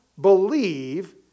believe